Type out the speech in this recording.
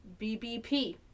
BBP